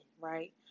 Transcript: right